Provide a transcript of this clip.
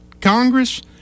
Congress